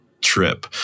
trip